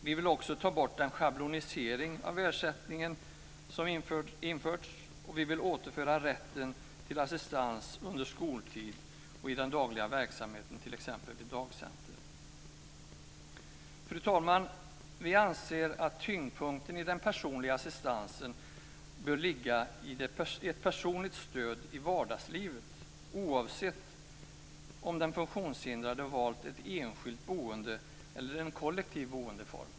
Vi vill också ta bort den schablonisering av ersättningen som införts. Vi vill återföra rätten till assistans under skoltid och i den dagliga verksamheten, t.ex. vid dagcenter. Fru talman! Vi anser att tyngdpunkten i den personliga assistansen bör ligga i ett personligt stöd i vardagslivet oavsett om den funktionshindrade valt ett enskilt boende eller en kollektiv boendeform.